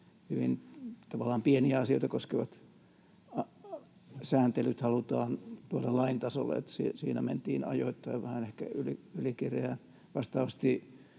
hyvin pieniä asioita koskevat sääntelyt halutaan tuoda lain tasolle, ja siinä mentiin ajoittain vähän ehkä ylikireään. Vastaavasti